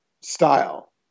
style